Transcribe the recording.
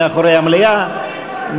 מאחורי המליאה,